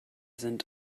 sind